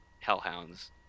Hellhounds